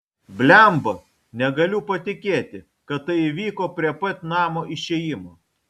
blemba negaliu patikėti kad tai įvyko prie pat namo išėjimo